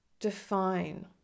define